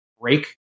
break